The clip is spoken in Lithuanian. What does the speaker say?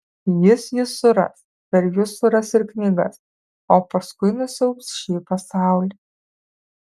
jis jus suras per jus suras ir knygas o paskui nusiaubs šį pasaulį